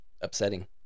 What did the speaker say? Upsetting